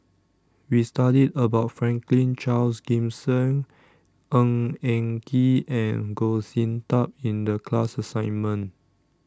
We studied about Franklin Charles Gimson Ng Eng Kee and Goh Sin Tub in The class assignment